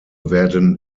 werden